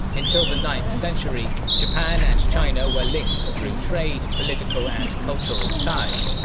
until the ninth century, japan and china were linked through trade, political and cultural ties,